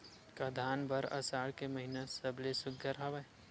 का धान बर आषाढ़ के महिना सबले सुघ्घर हवय?